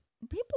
people